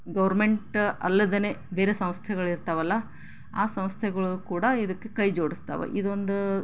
government ಅಲ್ಲದೆ ಬೇರೆ ಸಂಸ್ಥೆಗಳು ಇರ್ತಾವಲ್ಲಾ ಆ ಸಂಸ್ಥೆಗಳು ಕೂಡ ಇದಕ್ಕೆ ಕೈ ಜೋಡಿಸ್ತವೆ ಇದು ಒಂದು